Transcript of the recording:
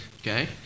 okay